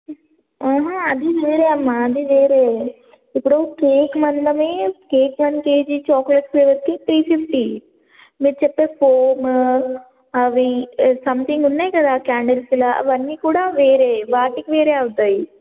ఆహా అది వేరే అమ్మా అది వేరే ఇప్పుడు కేక్ మొదలమె కేక్ వన్ కేజీ చాక్లెట్ వచ్చి త్రీ ఫిఫ్టీ మీరు చెప్పే ఫోమ్ అవి సంథింగ్ ఉన్నాయి కదా క్యాండిల్స్లా అవన్నీ కూడా వేరే వాటికి వేరే అవుతాయి